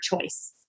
choice